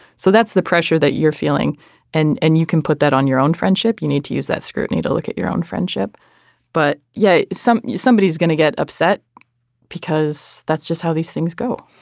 so that's the pressure that you're feeling and and you can put that on your own friendship. you need to use that scrutiny to look at your own friendship but yeah so something somebody is going to get upset because that's just how these things go.